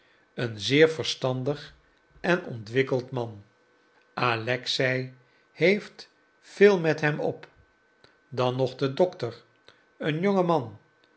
een zeer verstandig en ontwikkeld man alexei heeft veel met hem op dan nog de dokter een jonge man